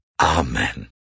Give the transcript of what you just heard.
Amen